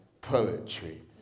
poetry